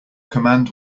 command